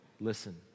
Listen